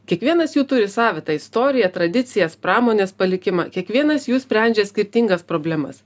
kiekvienas jų turi savitą istoriją tradicijas pramonės palikimą kiekvienas jų sprendžia skirtingas problemas